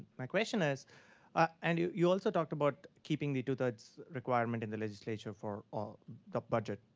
my question is ah and you you also talked about keeping the two-thirds requirement in the legislature for the budget.